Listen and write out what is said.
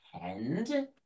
tend